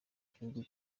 gihugu